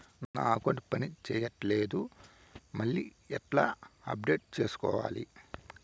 నా అకౌంట్ పని చేయట్లేదు మళ్ళీ ఎట్లా అప్డేట్ సేసుకోవాలి?